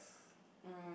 um